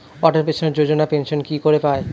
অটল pension Yojana pension কি করে পায়?